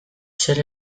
zer